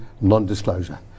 non-disclosure